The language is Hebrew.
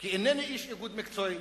כי אינני איש איגוד מקצועי.